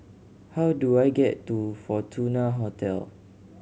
how do I get to Fortuna Hotel